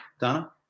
Donna